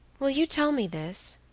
will you tell me this?